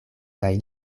kaj